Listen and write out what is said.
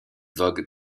vogue